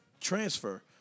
transfer